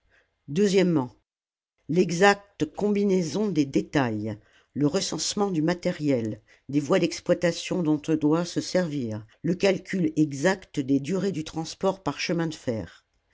l'exacte combinaison des détails le recensement du matériel des voies d'exploitation dont on doit se servir le calcul exact des durées du transport par chemin de fer